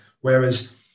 Whereas